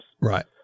Right